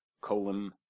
colon